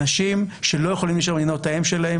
אנשים שלא יכולים להישאר במדינות האם שלהם